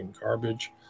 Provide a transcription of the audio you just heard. garbage